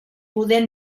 poder